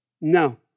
No